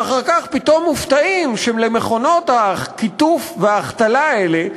ואחר כך פתאום מופתעים שלמכונות הקיטוף וההחתלה האלה,